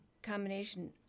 combination